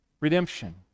redemption